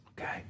Okay